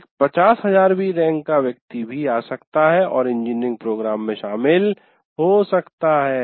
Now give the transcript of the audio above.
एक 50000वी रैंक का व्यक्ति भी आ सकता है और इंजीनियरिंग प्रोग्राम में शामिल हो सकता है